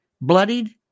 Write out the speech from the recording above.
bloodied